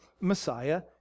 Messiah